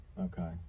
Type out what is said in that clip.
Okay